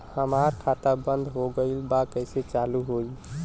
हमार खाता बंद हो गईल बा कैसे चालू होई?